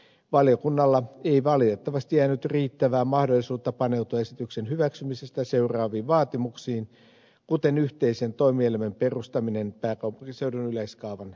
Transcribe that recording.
valiokunnalla ei valitettavasti jäänyt riittävää mahdollisuutta paneutua esityksen hyväksymisestä seuraaviin vaatimuksiin kuten yhteisen toimielimen perustaminen pääkaupunkiseudun yleiskaavan laatimiseksi